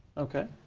okay.